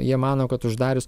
jie mano kad uždarius